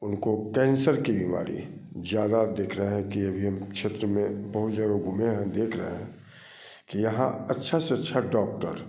उनको कैंसर की बीमारी ज़्यादा देख रहे है कि अभी हम क्षेत्र में बहुत जगह घूमे है देख रहे हैं कि यहाँ अच्छा से अच्छा डॉक्टर